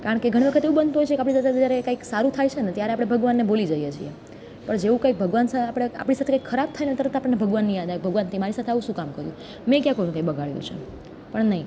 કારણ કે ઘણી વખત એવું થતું હોય છે કે આપણી સાથે જ્યારે કંઈક સારું થાય છે ને ત્યારે આપણે ભગવાનને ભૂલી જઈએ છીએ પણ જેવું કંઈ ભગવાન આપણી સાથે કંઈક ખરાબ થાયને તરત આપણને ભગવાનની યાદ આવે કે ભગવાન તે મારી સાથે આવું શું કામ કર્યું મેં ક્યાં કોઈનું કંઈ બગાડ્યું છે પણ નહીં